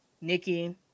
Nikki